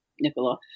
nicola